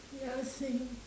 ya same